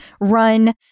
run